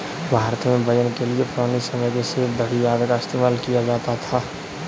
भारत में वजन के लिए पुराने समय के सेर, धडी़ आदि का इस्तेमाल किया जाता था